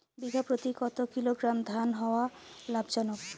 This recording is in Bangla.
বিঘা প্রতি কতো কিলোগ্রাম ধান হওয়া লাভজনক?